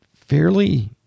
fairly